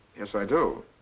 yes, i do.